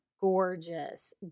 gorgeous